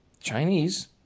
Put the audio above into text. Chinese